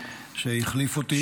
שהחליף אותי.